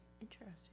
Interesting